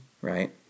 right